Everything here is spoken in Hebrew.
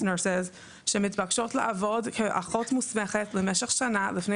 שמתבקשות לעבוד כאחות מוסמכת למשך שנה לפני